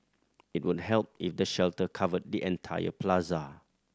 it would help if the shelter covered the entire plaza